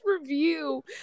review